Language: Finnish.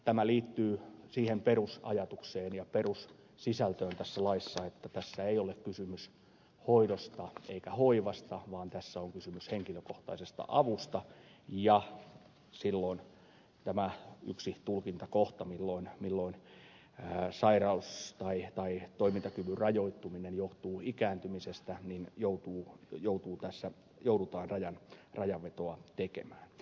tämä liittyy siihen perusajatukseen ja perussisältöön tässä laissa että tässä ei ole kysymys hoidosta eikä hoivasta vaan tässä on kysymys henkilökohtaisesta avusta ja silloin tämän yhden tulkintakohdan osalta milloin sairaus tai toimintakyvyn rajoittuminen johtuu ikääntymisestä joudutaan rajanvetoa tekemään